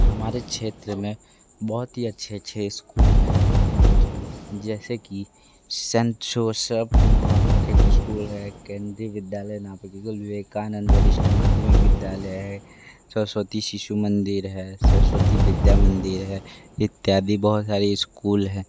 हमारे क्षेत्र में बहुत की अच्छे अच्छे स्कूल हैं जैसे कि सेंट जोसेफ नामक एक स्कूल है केंद्रीय विद्यालय नामक विवेकानंद और इष्ट माध्यमिक विद्यालय है सरस्वती शिशु मंदिर है सरस्वती विद्या मंदिर है इत्यादि बहुत सारी स्कूल है